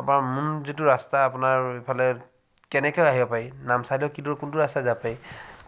মোৰ যিটো ৰাস্তা আপোনাৰ এইফালে কেনেকৈ আহিব পাৰি নামচাইলৈ কিটো কোনটো ৰাস্তাৰে যাব পাৰি